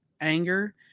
anger